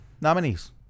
nominees